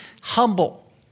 humble